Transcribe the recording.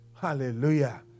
Hallelujah